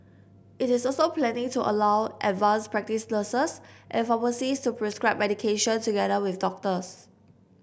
it is also planning to allow advanced practice nurses and pharmacists to prescribe medication together with doctors